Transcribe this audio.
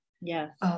Yes